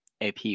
AP